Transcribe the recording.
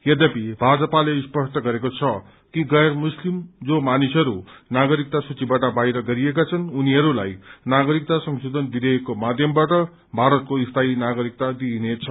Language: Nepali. यध्यपि भाजपाले स्पष्ट गरेको छ कि गैर मुस्तिम जो मानिसहरू नागरिकता सूचीवाट बाहिर गरिएका छन् उनीहरूलाई नागरिकता संशोधन विषेयकको माध्यमवाट भारतको स्थायी नागरिकता दिइनेछ